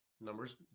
numbers